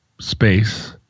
space